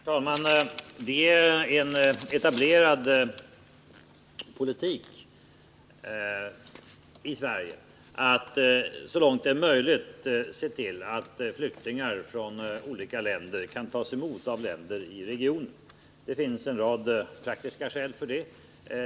Herr talman! Det är en etablerad politik i Sverige att så långt det är möjligt se till att flyktingar från olika länder kan tas emot av länder i regionen. Det finns en rad praktiska skäl härför.